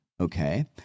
Okay